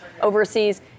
overseas